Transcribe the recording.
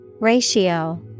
Ratio